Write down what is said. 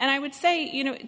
and i would say you know to